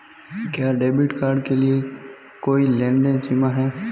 क्या debit card के लिए कोई लेनदेन सीमा है?